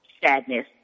sadness